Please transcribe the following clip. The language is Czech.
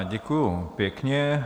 Děkuju pěkně.